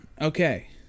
Okay